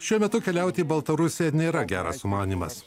šiuo metu keliauti į baltarusiją nėra geras sumanymas